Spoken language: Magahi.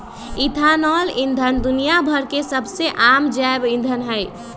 इथेनॉल ईंधन दुनिया भर में सबसे आम जैव ईंधन हई